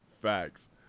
Facts